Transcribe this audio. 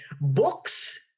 Books